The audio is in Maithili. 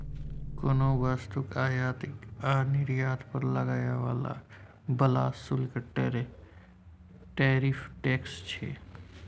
कोनो वस्तुक आयात आ निर्यात पर लागय बला शुल्क टैरिफ टैक्स छै